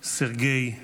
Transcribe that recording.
סרגיי,